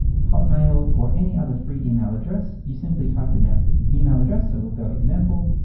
hotmail, or any other free email address, you simply type in their email address. so we'll go example.